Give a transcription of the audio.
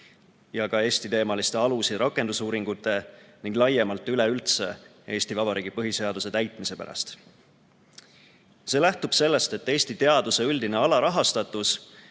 pärast, Eesti-teemaliste alus- ja rakendusuuringute pärast ning laiemalt üleüldse Eesti Vabariigi põhiseaduse täitmise pärast. See lähtub sellest, et Eesti teaduse üldine alarahastatus